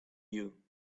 you